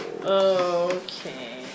Okay